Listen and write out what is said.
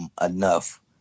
enough